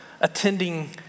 attending